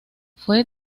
fue